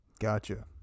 Gotcha